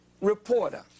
reporter